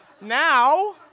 Now